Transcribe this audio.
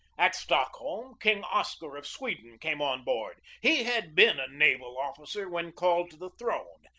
at stockholm, king oscar of sweden came on board. he had been a naval officer when called to the throne,